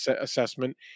assessment